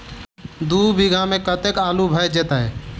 दु बीघा मे कतेक आलु भऽ जेतय?